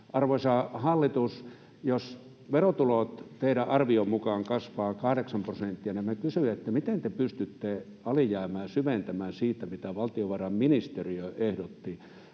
Arvoisa hallitus, jos verotulot teidän arvionne mukaan kasvavat 8 prosenttia, niin kysyn: Miten te pystytte alijäämää syventämään siitä, mitä valtiovarainministeriö ehdotti?